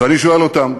ואני שואל אותם: